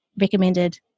recommended